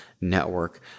Network